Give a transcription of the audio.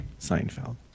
Seinfeld